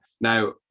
Now